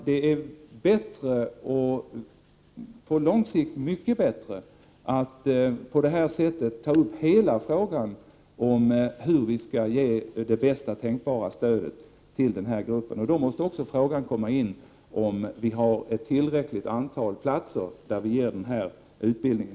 Det är bättre — och på lång sikt mycket bättre — att på detta sätt ta upp hela frågan om hur denna grupp skall ges bästa tänkbara stöd. Då måste hänsyn också tas till om det finns ett tillräckligt antal platser inom denna utbildning.